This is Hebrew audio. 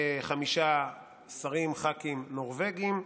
חמישה שרים, ח"כים נורבגים.